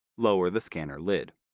lower the scanner lid.